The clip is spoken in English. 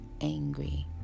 angry